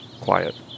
quiet